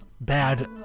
bad